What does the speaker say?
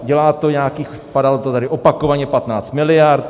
Dělá to nějakých padalo to tady opakovaně 15 miliard.